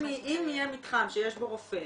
אם יהיה מתחם שיש בו רופא